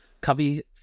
Covey